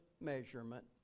measurement